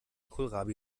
kohlrabi